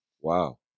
Wow